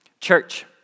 Church